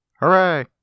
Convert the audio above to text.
Hooray